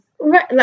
right